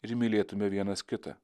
ir mylėtume vienas kitą